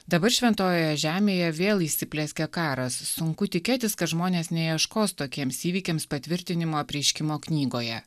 dabar šventojoje žemėje vėl įsiplieskė karas sunku tikėtis kad žmonės neieškos tokiems įvykiams patvirtinimo apreiškimo knygoje